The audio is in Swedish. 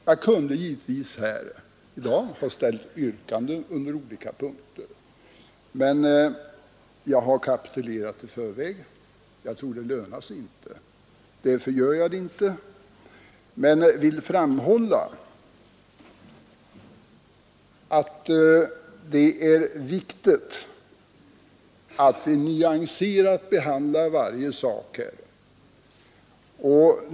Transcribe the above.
Jag kunde givetvis ha ställt yrkanden under olika punkter, men jag har kapitulerat i förväg. Jag tror inte att det lönar sig och därför gör jag det inte. Jag vill dock framhålla att det är viktigt att vi nyanserat behandlar varje delfråga.